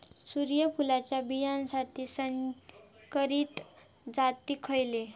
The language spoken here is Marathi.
सूर्यफुलाच्या बियानासाठी संकरित जाती खयले?